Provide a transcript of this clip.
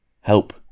help